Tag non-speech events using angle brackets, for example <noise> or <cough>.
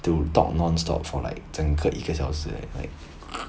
to talk nonstop for like 整个一个小时 eh like <noise>